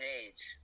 age